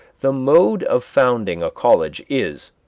the mode of founding a college is,